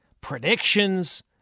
Predictions